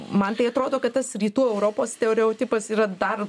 man tai atrodo kad tas rytų europos stereotipas yra dar